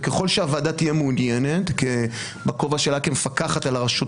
וככל שהוועדה תהיה מעוניינת בכובע שלה כמפקחת על הרשות